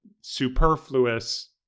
superfluous